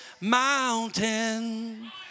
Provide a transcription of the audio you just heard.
mountain